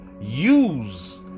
use